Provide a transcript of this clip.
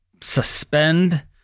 suspend